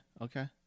okay